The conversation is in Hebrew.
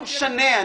לא משנה.